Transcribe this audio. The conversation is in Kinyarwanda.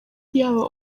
yaba